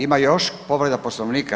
Ima još povreda Poslovnika?